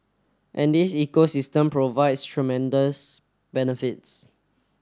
and this ecosystem provides tremendous benefits